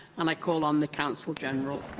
um i call on the counsel general,